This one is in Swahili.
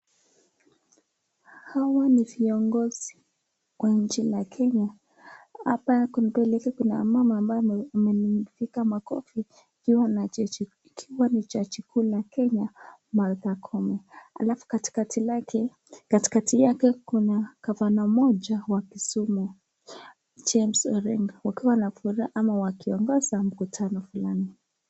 Hawa ni viongozi wa nchi la Kenya, hapa mbele yake kuna mama ambaye amepiga makofi akiwa ni jaji mkuu wa Kenya Martha Koome. Halafu katikati yake kuna gavana mmoja wa Kisumu James Orengo wakiwa na furaha ama wakiongoza mkutano fulani.